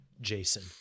Jason